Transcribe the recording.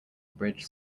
bridge